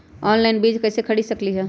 Online बीज कईसे खरीद सकली ह?